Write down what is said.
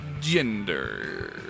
Gender